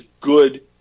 good